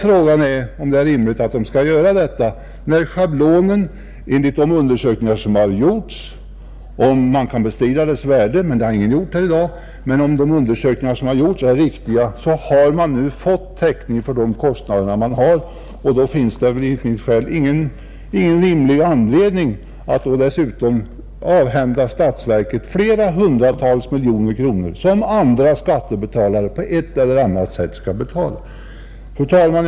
Frågan är om det är rimligt att vidta denna åtgärd när schablonen enligt de undersökningar som har genomförts — man kan bestrida deras värde, men det har ingen gjort här i dag — har givit täckning för de kostnader man har. Då finns det väl ingen rimlig anledning att dessutom avhända statsverket flera hundratal miljoner kronor som andra skattskyldiga på ett eller annat sätt får betala, Fru talman!